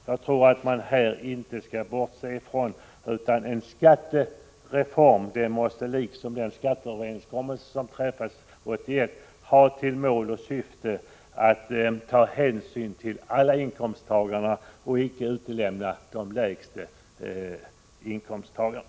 Enligt min mening kan man inte bortse ifrån att en skattereform, liksom den skatteöverenskommelse som träffades 1981, måste ha till syfte att ta hänsyn till alla inkomsttagare och icke utelämna dem som har de lägsta inkomsterna.